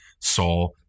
Saul